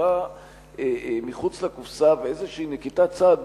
מחשבה מחוץ לקופסה ואיזשהי נקיטת צעד,